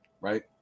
right